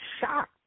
shocked